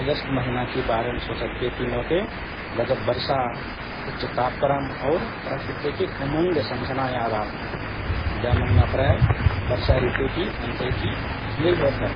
अगस्ट महिनाकि बारेम सोचतपेति मोके गजब वर्षा, उच्च तापक्रम और प्रकृतिके उमङ्ग सम्झना याद आत हएँ । जा महिना प्रायः वर्षा ऋतुकि अन्त्यकि ढिंगइ होत हए,